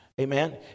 amen